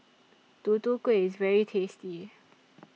Tutu Kueh IS very tasty